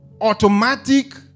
automatic